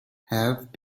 have